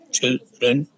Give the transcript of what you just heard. children